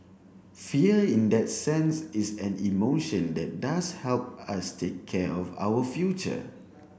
fear in that sense is an emotion that does help us take care of our future